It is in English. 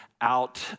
out